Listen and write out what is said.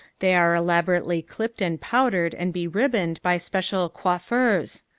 they are elaborately clipped and powdered and beribboned by special coiffeurs.